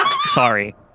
Sorry